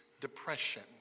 depression